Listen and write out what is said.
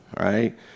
Right